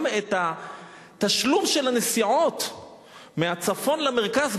גם את התשלום של הנסיעות מהצפון למרכז,